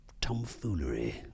tomfoolery